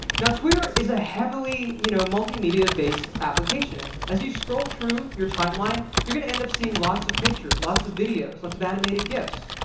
now, twitter is a heavily you know multimedia based application. as you scroll through your timeline, you're going end up seeing lots of pictures, lots of videos, lots of animated gifs.